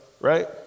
right